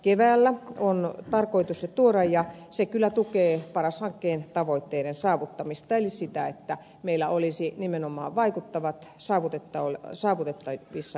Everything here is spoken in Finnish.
keväällä on tarkoitus se tuoda ja se kyllä tukee paras hankkeen tavoitteiden saavuttamista eli sitä että meillä olisi nimenomaan vaikuttavat saavutettavissa olevat palvelut